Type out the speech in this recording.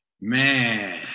Man